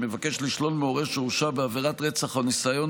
שמבקש לשלול מהורה שהורשע בעבירת רצח או ניסיון